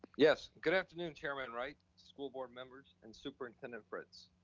yes, good afternoon, chairman wright, school board members, and superintendent fritz.